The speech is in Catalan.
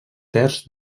terç